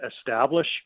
establish